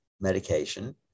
medication